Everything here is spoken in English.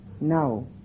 now